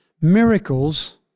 miracles